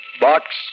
Box